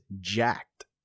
jacked